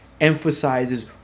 emphasizes